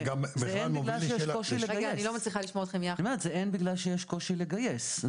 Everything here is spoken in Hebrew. זה אין בגלל שיש קושי לגייס.